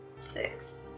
Six